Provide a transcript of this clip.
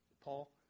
Paul